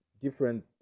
different